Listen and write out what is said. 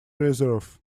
reserve